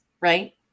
right